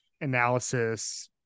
analysis